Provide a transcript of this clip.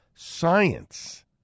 science